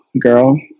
girl